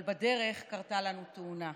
אבל בדרך קרתה לנו תאונה.